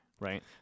Right